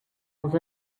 els